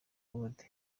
world